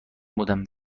بودم